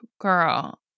Girl